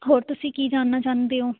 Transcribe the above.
ਹੋਰ ਤੁਸੀਂ ਕੀ ਜਾਣਨਾ ਚਾਹੁੰਦੇ ਹੋ